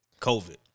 COVID